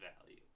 value